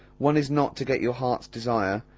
one is not to get your heart's desire,